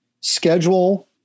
Schedule